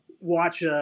watch